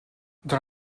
dans